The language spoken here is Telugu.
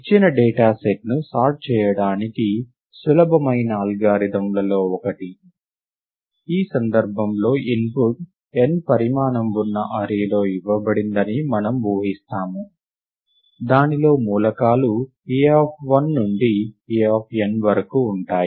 ఇచ్చిన డేటా సెట్ను సార్ట్ చేయడానికి సులభమైన అల్గారిథమ్లలో ఒకటి ఈ సందర్భంలో ఇన్పుట్ n పరిమాణం వున్న అర్రే లో ఇవ్వబడిందని మనము ఊహిస్తాము దానిలో మూలకాలు A1 నుండి An వరకు ఉంటాయి